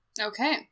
Okay